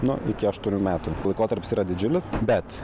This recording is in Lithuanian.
nu iki aštuonerių metų laikotarpis yra didžiulis bet